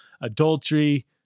adultery